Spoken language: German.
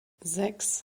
sechs